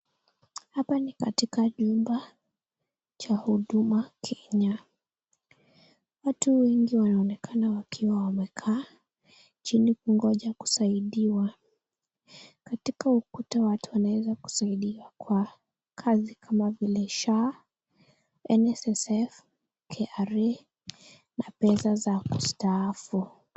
Hapa ni katika jumba cha Huduma Kenya, watu wengi wanaonekana wakiwa wamekaa chini kungoja kusaidiwa, katika huduma watu wanaweza kusaidiwa kwa kazi kama vile SHA, NSSF,KRA na pesa za kustaafu.